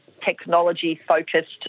technology-focused